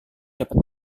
dapat